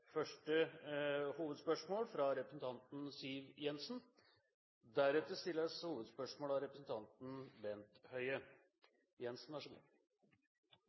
første hovedspørsmål, fra representanten Siv Jensen.